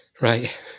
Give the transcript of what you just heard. right